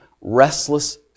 restless